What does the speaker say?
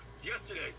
yesterday